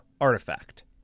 artifact